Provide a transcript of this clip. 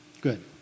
Good